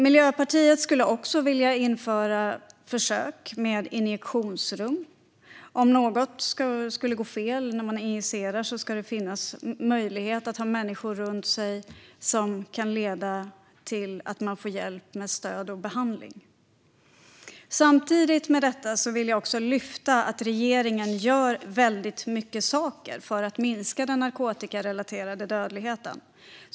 Miljöpartiet skulle vilja införa försök med injektionsrum. Om något skulle gå fel när man injicerar ska det finnas möjlighet att ha människor runt sig som gör att man kan få hjälp med stöd och behandling. Samtidigt vill jag också lyfta fram att regeringen gör många saker för att minska den narkotikarelaterade dödligheten.